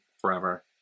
forever